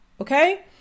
Okay